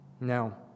Now